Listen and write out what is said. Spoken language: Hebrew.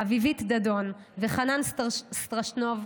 אביבית דדון וחנן סטרשנוב,